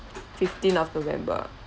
fifteen of november